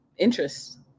interests